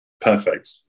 Perfect